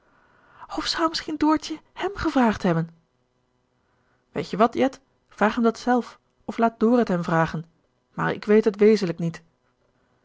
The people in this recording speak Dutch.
of zou misschien doortje hem gevraagd hebben weet-je wat jet vraag hem dat zelf of laat door het hem vragen maar ik weet het wezenlijk niet